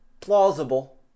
Plausible